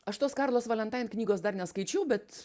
aš tos karlos valentain knygos dar neskaičiau bet